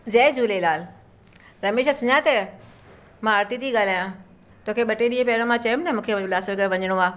जय झूलेलाल रमेश सुञातव मां आरती थी ॻाल्हायां तोखे ॿ टे ॾींहं पहिरों मां चयमि न मूंखे उल्हासनगर वञिणो आहे